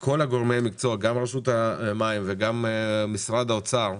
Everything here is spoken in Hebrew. כל גורמי המקצוע, גם רשות המים וגם משרד האוצר,